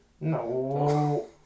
No